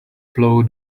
blow